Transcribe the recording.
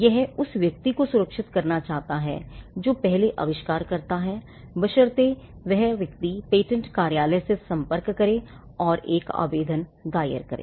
यह उस व्यक्ति को सुरक्षित करना चाहता है जो पहले आविष्कार करता है बशर्ते कि वह व्यक्ति पेटेंट कार्यालय से संपर्क करे और एक आवेदन दायर करे